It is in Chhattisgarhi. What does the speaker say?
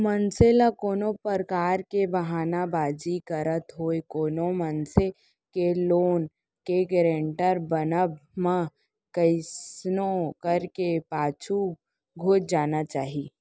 मनसे ल कोनो परकार के बहाना बाजी करत होय कोनो मनसे के लोन के गारेंटर बनब म कइसनो करके पाछू घुंच जाना चाही